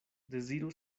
deziru